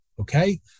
okay